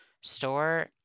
store